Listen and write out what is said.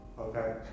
Okay